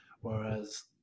whereas